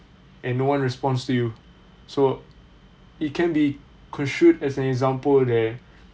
and no one responds to you so it can be construed as an example that